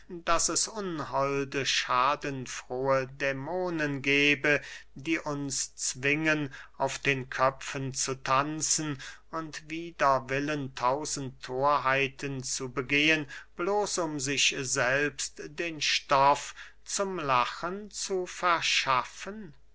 daß es unholde schadenfrohe dämonen gebe die uns zwingen auf den köpfen zu tanzen und wider willen tausend thorheiten zu begehen bloß um sich selbst stoff zum lachen zu verschaffen